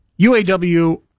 UAW